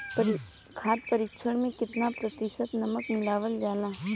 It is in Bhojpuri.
खाद्य परिक्षण में केतना प्रतिशत नमक मिलावल जाला?